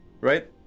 Right